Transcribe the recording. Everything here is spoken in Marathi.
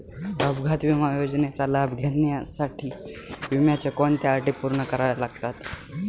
अपघात विमा योजनेचा लाभ घेण्यासाठी विम्याच्या कोणत्या अटी पूर्ण कराव्या लागतात?